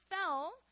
fell